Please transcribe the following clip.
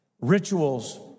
Rituals